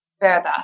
further